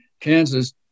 Kansas